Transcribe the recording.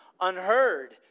Unheard